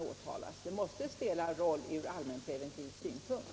Detta måste spela en roll från allmänpreventiv synpunkt.